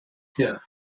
here